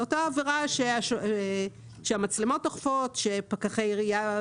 זו אותה עבירה שהמצלמות דוחפות, שפקחי עיריות